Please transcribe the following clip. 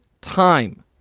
time